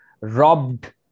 robbed